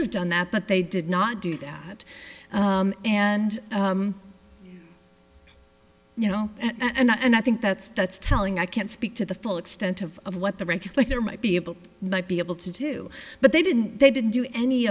have done that but they did not do that and you know and i think that's that's telling i can't speak to the full extent of what the record like there might be able not be able to do but they didn't they didn't do any